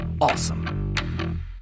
awesome